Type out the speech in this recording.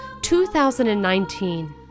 2019